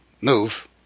Move